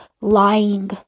lying